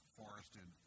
forested